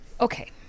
Okay